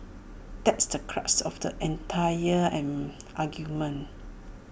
that's the crux of the entire argument